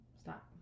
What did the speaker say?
Stop